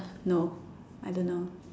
no I don't know